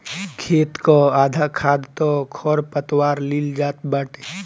खेत कअ आधा खाद तअ खरपतवार लील जात बाटे